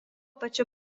pačiu